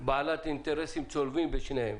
בעלת אינטרסים צולבים בשניהם